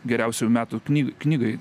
geriausių metų knyg knygai